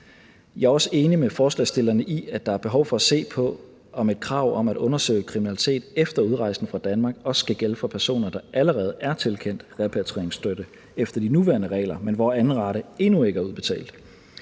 Jeg er også enig med forslagsstillerne i, at der er behov for at se på, om et krav om at undersøge kriminalitet efter udrejsen fra Danmark også skal gælde for personer, der allerede er tilkendt repatrieringsstøtte efter de nuværende regler, men hvor anden rate endnu ikke er udbetalt.